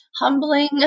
humbling